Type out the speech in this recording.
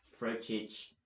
Frochich